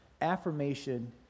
Affirmation